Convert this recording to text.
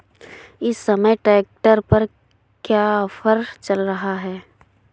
इस समय ट्रैक्टर पर क्या ऑफर चल रहा है?